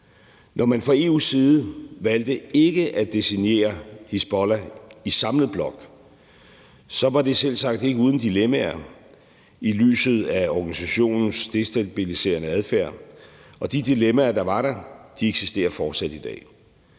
Når man fra EU's side valgte ikke at designere Hizbollah som en samlet blok, var det selvsagt ikke uden dilemmaer set i lyset af organisationens destabiliserende adfærd, og de dilemmaer, der var der, eksisterer fortsat i dag.